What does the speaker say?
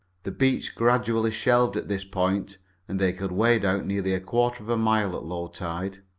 the beach gradually shelved at this point and they could wade out nearly a quarter of a mile at low tide.